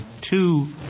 two